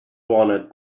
wanted